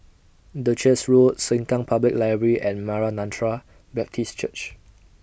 Duchess Road Sengkang Public Library and Maranatha Baptist Church